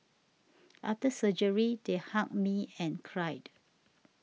after surgery they hugged me and cried